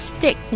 Stick